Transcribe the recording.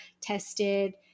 tested